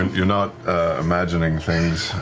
you're not imagining things.